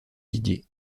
didier